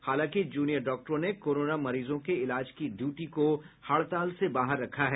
हालांकि जूनियर डॉक्टरों ने कोरोना मरीजों के इलाज की ड्यूटी को हड़ताल से बाहर रखा है